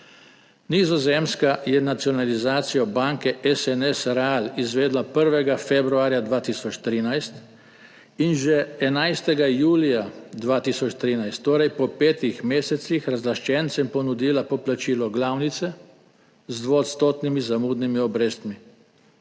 Nizozemska je nacionalizacijo banke SNS REAAL izvedla 1. februarja 2013 in že 11. julija 2013, torej po petih mesecih, razlaščencem ponudila poplačilo glavnice z dvoodstotnimi zamudnimi obrestmi.